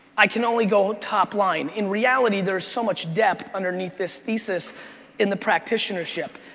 i can only go top-line. in reality, there's so much depth underneath this thesis in the practitionership,